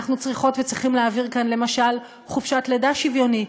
אנחנו צריכות וצריכים להעביר כאן למשל חופשת לידה שוויונית,